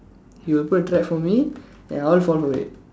he will put a trap for me and I'll fall for it